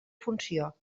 funció